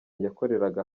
yakoreraga